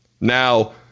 Now